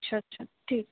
अच्छा अच्छा ठीक